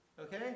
okay